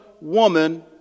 woman